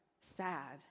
sad